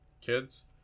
kids